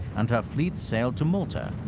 and her fleet sailed to malta,